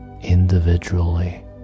individually